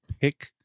pick